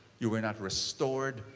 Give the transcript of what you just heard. you were not restored.